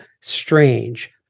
strange